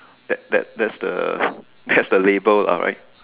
that that that's the label lah right